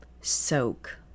Soak